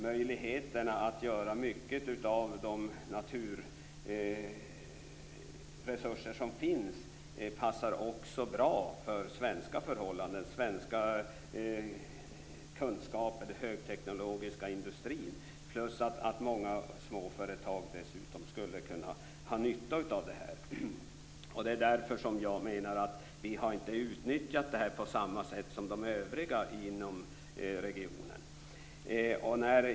Förutsättningarna för att göra mycket av de naturresurser som finns passar bra för svenska kunskaper och den svenska högteknologiska industrin. Många småföretag skulle dessutom kunna dra nytta av detta. Jag anser att vi inte har utnyttjat dessa möjligheter på samma sätt som de övriga länderna inom regionen.